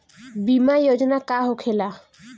बीमा योजना का होखे ला?